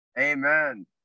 Amen